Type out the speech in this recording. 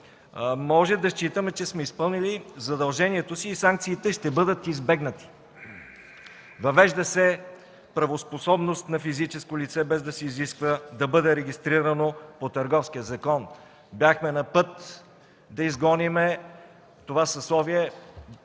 можем да считаме, че сме изпълнили задължението си и санкциите ще бъдат избегнати. Въвежда се правоспособност на физическо лице, без да се изисква да бъде регистрирано по Търговския закон. Бяхме на път да изгоним това съсловие